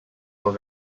will